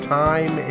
time